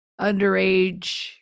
underage